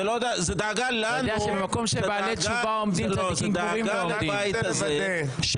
זה לא דאגה לליכוד, זה דאגה לבית הזה.